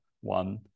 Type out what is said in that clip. one